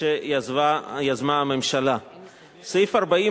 והוא הצעת חוק